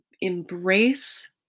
embrace